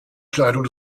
kleidung